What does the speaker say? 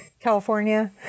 California